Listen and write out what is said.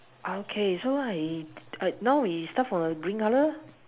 okay so I now we start from the green color